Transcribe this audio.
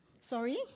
Sorry